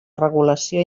regulació